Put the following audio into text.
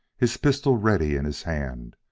his pistol ready in his hand,